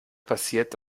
passiert